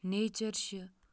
nature چھِ